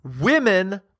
women